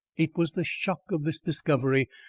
it was the shock of this discovery,